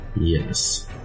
Yes